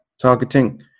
targeting